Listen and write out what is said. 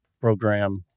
program